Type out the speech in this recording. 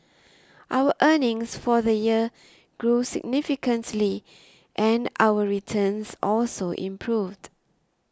our earnings for the year grew significantly and our returns also improved